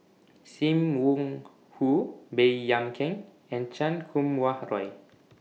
SIM Wong Hoo Baey Yam Keng and Chan Kum Wah Roy